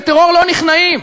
לטרור לא נכנעים.